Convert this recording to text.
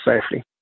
safely